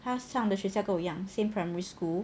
他上的学校跟我一样 same primary school